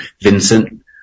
Vincent